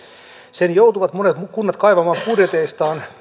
sen joutuvat monet kunnat kaivamaan budjetistaan